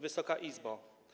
Wysoka Izbo!